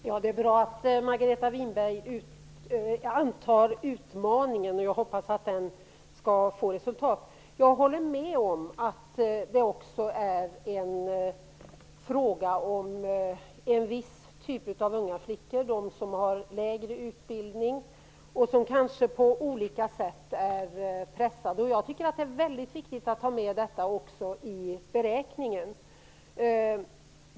Herr talman! Det är bra att Margareta Winberg antar utmaningen, och jag hoppas att det skall få resultat. Jag håller med om att det är fråga om en viss typ av unga flickor som har lägre utbildning och som kanske på olika sätt är pressade. Jag tycker att det är väldigt viktigt att ha med också detta i beräkningen.